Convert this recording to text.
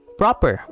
proper